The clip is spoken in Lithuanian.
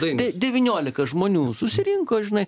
tai devyniolika žmonių susirinko žinai